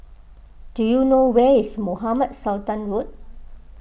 do you know where is Mohamed Sultan Road